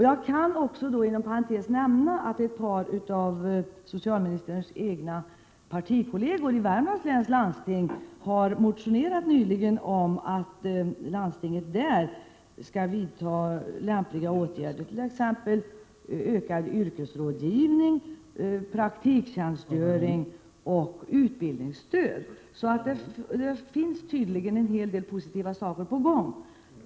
Jag kan inom parentes också nämna att ett par av socialministerns partikollegor i Värmlands läns landsting nyligen har motionerat om att landstinget skall vidta lämpliga åtgärder, t.ex. ökad yrkesrådgivning, praktiktjänstgöring och utbildningsstöd. Så det är tydligen en hel del positiva saker på gång.